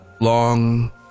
long